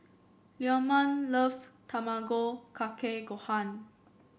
Leamon loves Tamago Kake Gohan